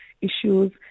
issues